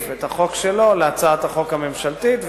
את החוק שלו להצעת החוק הממשלתית.